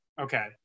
Okay